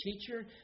teacher